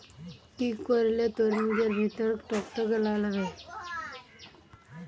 কি করলে তরমুজ এর ভেতর টকটকে লাল হবে?